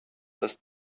dass